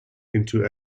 into